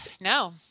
no